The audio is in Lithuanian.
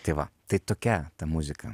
tai va tai tokia ta muzika